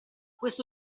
questo